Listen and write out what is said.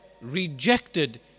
rejected